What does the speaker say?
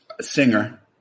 Singer